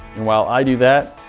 and while i do that,